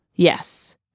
Yes